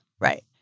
right